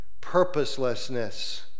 purposelessness